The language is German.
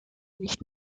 nicht